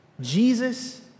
Jesus